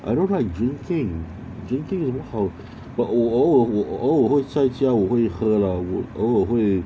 I don't like drinking drinking 有好 but 我偶我偶尔会在家我会喝啦我偶尔会